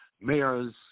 mayors